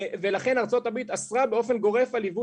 ולכן ארצות הברית אסרה באופן גורף על ייבוא